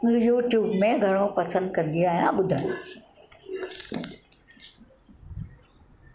YouTube में घणो पसंदि कंदी आहियां ॿुधणु